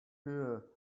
hear